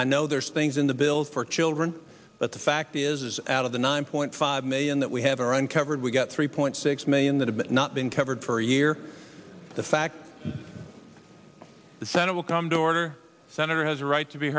i know there's things in the bill for children but the fact is out of the nine point five million that we have are uncovered we've got three point six million that have not been covered for a year the fact that the senate will come to order senator has a right to be